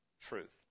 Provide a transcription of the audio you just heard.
truth